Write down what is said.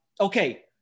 okay